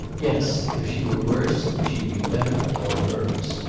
yes. if she were worse she'd be better for our purpose.